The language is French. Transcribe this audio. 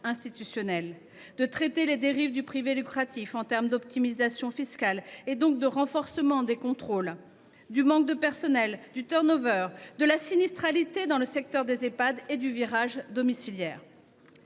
institutionnelle, de traiter les dérives du privé lucratif en matière d’optimisation fiscale – grâce au renforcement des contrôles –, le manque de personnel, le, la sinistralité dans le secteur des Ehpad et le virage domiciliaire.